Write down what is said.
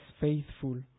faithful